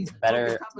better